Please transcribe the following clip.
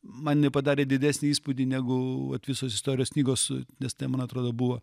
man ji padarė didesnį įspūdį negu vat visos istorijos knygos nes tai man atrodo buvo